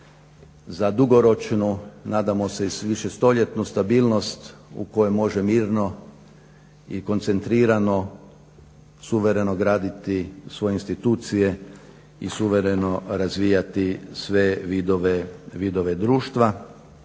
za dugoročnu nadamo se i višestoljetnu stabilnost u kojoj može mirno i koncentrirano suvereno graditi svoje institucije i suvereno razvijati sve vidove društva.